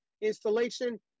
installation